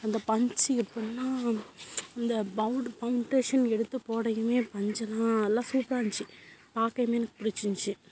அந்த பஞ்சு எப்பிடின்னா அந்த பௌடு பௌன்டேஷன் எடுத்து போடயுமே பஞ்செல்லாம் எல்லாம் சூப்பராக இருந்துச்சு பார்க்கையுமே எனக்கு பிடிச்சிருந்துச்சி